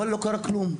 ואלה, לא קרה כלום.